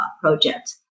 project